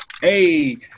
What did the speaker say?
Hey